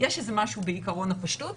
יש איזה משהו בעיקרון הפשטות.